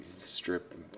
strip